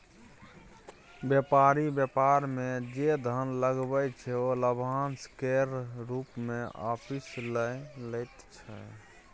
बेपारी बेपार मे जे धन लगबै छै ओ लाभाशं केर रुप मे आपिस लए लैत छै